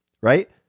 right